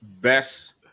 best